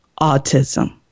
autism